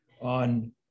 on